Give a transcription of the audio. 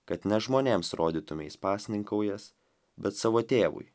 kad ne žmonėms rodytumeis pasninkaująs bet savo tėvui